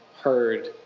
heard